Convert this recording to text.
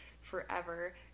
forever